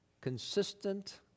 consistent